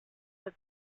was